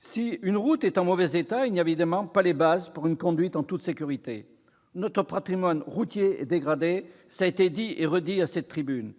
Si une route est en mauvais état, les bases manquent pour une conduite en toute sécurité. Notre patrimoine routier est dégradé, cela a été répété à cette tribune